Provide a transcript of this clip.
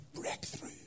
breakthrough